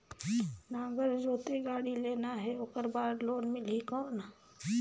नागर जोते गाड़ी लेना हे ओकर बार लोन मिलही कौन?